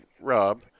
Rob